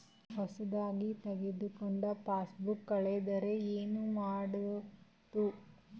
ಹೊಸದಾಗಿ ತೆಗೆದುಕೊಂಡ ಪಾಸ್ಬುಕ್ ಕಳೆದರೆ ಏನು ಮಾಡೋದು?